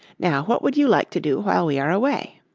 now what would you like to do while we are away?